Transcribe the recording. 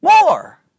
more